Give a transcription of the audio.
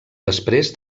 després